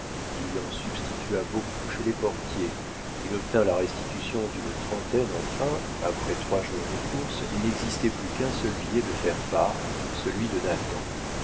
il en substitua beaucoup chez les portiers il obtint la restitution d'une trentaine enfin après trois jours de courses il n'existait plus qu'un seul billet de faire part celui de